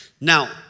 Now